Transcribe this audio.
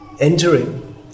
entering